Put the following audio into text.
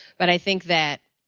but i think that